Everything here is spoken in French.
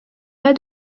pas